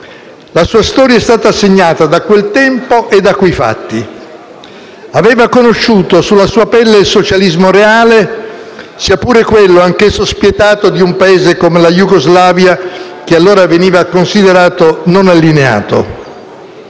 La sua storia è stata segnata da quel tempo e da quei fatti. Aveva conosciuto sulla sua pelle il socialismo reale, sia pure quello, anch'esso spietato, di un Paese come la Jugoslavia che allora veniva considerato non allineato.